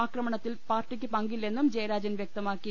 ആക്രമണത്തിൽ പാർട്ടിക്ക് പങ്കില്ലെന്നും ജയരാജൻ വ്യക്തമാക്കി